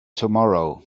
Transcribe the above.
tomorrow